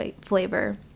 flavor